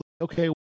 okay